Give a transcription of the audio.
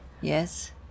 Yes